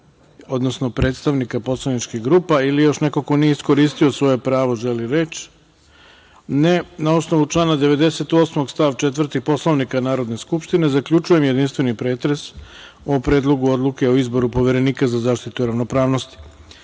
odnosno predstavnika poslaničkih grupa ili još neko ko nije iskoristio svoje pravo želi reč? (Ne)Na osnovu člana 98. stav 4. Poslovnika Narodne skupštine, zaključujem jedinstveni pretres o Predlogu odluke o izboru Poverenika za zaštitu ravnopravnosti. Pošto